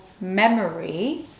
memory